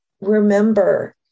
remember